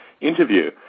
interview